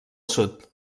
sud